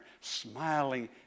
smiling